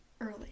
early